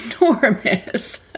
enormous